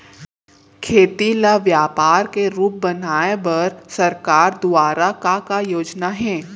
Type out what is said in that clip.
खेती ल व्यापार के रूप बनाये बर सरकार दुवारा का का योजना हे?